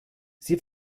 sie